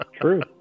true